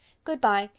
good-bye.